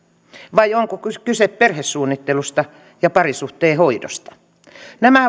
vai onko kyse kyse perhesuunnittelusta ja parisuhteen hoidosta nämä